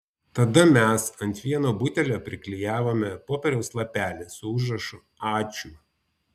tada mes ant vieno butelio priklijavome popieriaus lapelį su užrašu ačiū